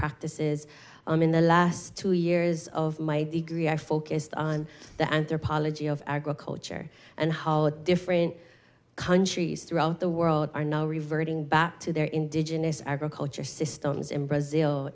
practices in the last two years of my degree i focused on the anthropology of agriculture and how different countries throughout the world are now reverting back to their indigenous agriculture systems in brazil